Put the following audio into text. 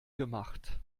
gemacht